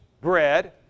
bread